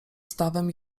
stawem